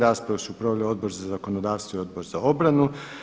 Raspravu su proveli Odbor za zakonodavstvo i Odbor za obranu.